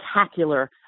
spectacular